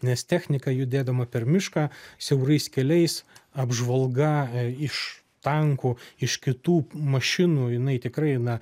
nes technika judėdama per mišką siaurais keliais apžvalga iš tankų iš kitų mašinų jinai tikrai na